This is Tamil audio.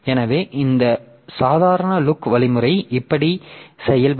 எனவே இந்த சாதாரண LOOK வழிமுறை இப்படி செயல்படும்